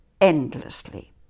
endlessly